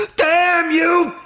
damn you!